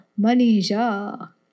Manisha